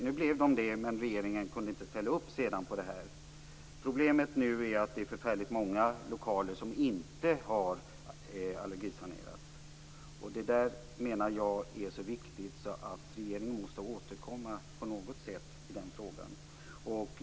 Det blev de, men regeringen kunde sedan inte ställa upp på det här. Problemet är nu att det är många lokaler som inte har allergisanerats. Jag menar att det här är så viktigt att regeringen måste återkomma på något sätt i den frågan.